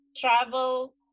travel